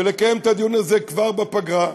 ולקיים את הדיון הזה כבר בפגרה,